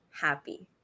happy